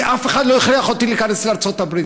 אף אחד לא הכריח אותי להיכנס לארצות-הברית,